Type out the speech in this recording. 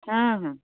ହଁ ହଁ